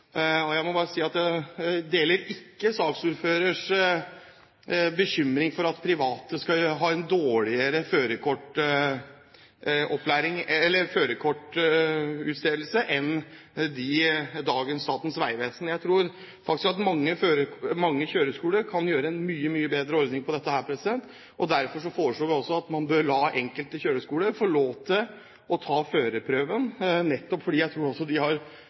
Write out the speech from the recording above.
merkostnader. Jeg vil herved ta opp det forslaget som Fremskrittspartiet har fremmet i innstillingen. Jeg deler ikke saksordførerens bekymring for at private skal ha en dårligere førerkortutstedelse enn Statens vegvesen har i dag. Jeg tror faktisk at mange kjøreskoler kan gjøre dette mye bedre. Derfor foreslår vi også at man bør la enkelte kjøreskoler få lov til å arrangere førerprøven – nettopp fordi jeg tror de har